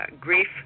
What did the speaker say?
grief